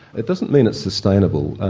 it doesn't mean it's sustainable,